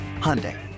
Hyundai